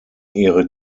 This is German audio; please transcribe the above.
ihre